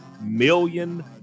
million